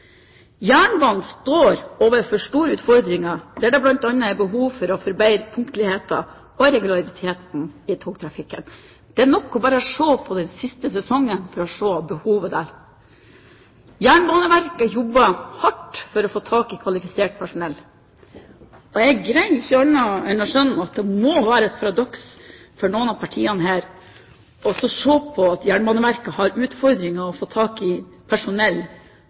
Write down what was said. Jernbanen står overfor store utfordringer der det bl.a. er behov for å forbedre punktligheten og regulariteten i togtrafikken. Det er nok bare å se på den siste sesongen for å se behovet der. Jernbaneverket jobber hardt for å få tak i kvalifisert personell. Jeg greier ikke å skjønne annet enn at det må være et paradoks for noen av partiene her å se på at Jernbaneverket har utfordringer med å få tak i personell